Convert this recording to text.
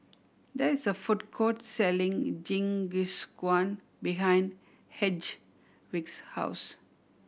there is a food court selling Jingisukan behind Hedwig's house